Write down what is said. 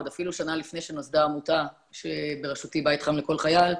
עוד אפילו שנה לפני שנוסדה העמותה בראשותי "בית חם לכל חייל"